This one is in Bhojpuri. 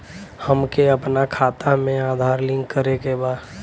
हमके अपना खाता में आधार लिंक करें के बा?